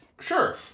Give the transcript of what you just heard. Sure